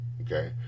Okay